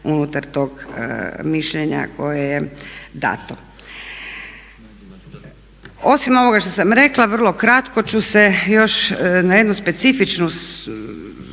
unutar tog mišljenja koje je dano. Osim ovoga što sam rekla, vrlo kratko ću se još na jednu specifični